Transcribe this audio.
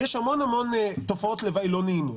יש המון תופעות לוואי לא נעימות.